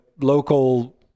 local